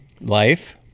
Life